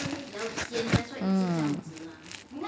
um